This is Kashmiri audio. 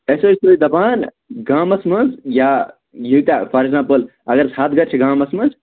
أسۍ ٲسۍ تۅہہِ دَپان گامَس منٛز یا ییٖتیٛاہ فار ایگزامپُل اگر سَتھ گَرِ چھِ گامَس منٛز